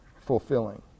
fulfilling